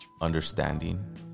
understanding